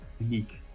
unique